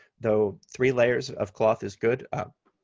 though three layers of cloth is good. um